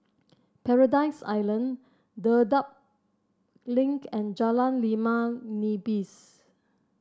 Paradise Island Dedap Link and Jalan Limau Nipis